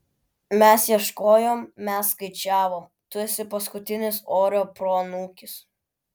mes ieškojom mes skaičiavom tu esi paskutinis orio proanūkis